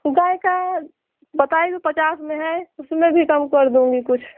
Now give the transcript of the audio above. गाय का बताए तो पचास में है उसमें भी कम कर देंगे कुछ